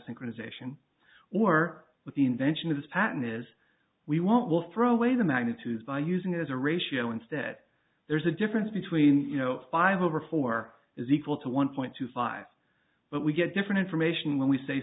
synchronization or with the invention of the patent is we won't will throw away the magnitudes by using it as a ratio instead there's a difference between you know five over four is equal to one point two five but we get different information when we say